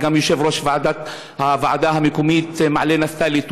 וגם יושב-ראש הוועדה המקומית מעלה נפתלי,